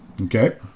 Okay